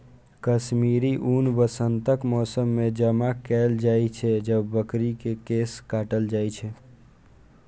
कश्मीरी ऊन वसंतक मौसम मे जमा कैल जाइ छै, जब बकरी के केश काटल जाइ छै